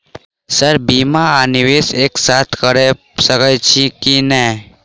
Sir बीमा आ निवेश एक साथ करऽ सकै छी की न ई?